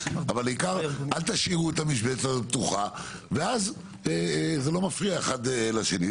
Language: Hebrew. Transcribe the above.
אבל העיקר אל תשאירו את המשבצת הזאת פתוחה ואז זה לא מפריע אחד לשני.